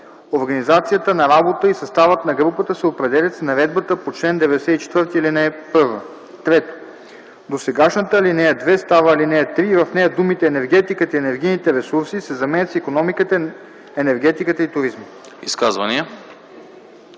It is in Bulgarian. Организацията на работа и съставът на групата се определят с наредбата по чл. 94, ал. 1.” 3. Досегашната ал. 2 става ал. 3 и в нея думите “енергетиката и енергийните ресурси” се заменят с “икономиката, енергетиката и туризма”.”